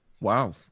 Wow